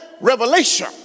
revelation